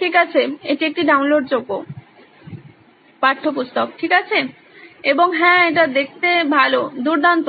ঠিক আছে এটি একটি ডাউনলোডযোগ্য পাঠ্যপুস্তক ঠিক আছে এবং হ্যাঁ এটি দেখতে ভাল দুর্দান্ত